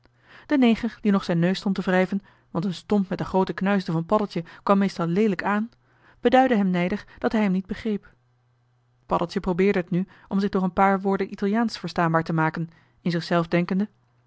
neger die nog zijn neus stond te wrijven want een stomp met de groote knuisten van paddeltje kwam joh h been paddeltje de scheepsjongen van michiel de ruijter meestal leelijk aan beduidde hem nijdig dat hij hem niet begreep paddeltje probeerde het nu om zich door een paar woorden italiaansch verstaanbaar te maken in zichzelf denkende